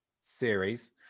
series